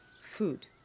food